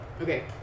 Okay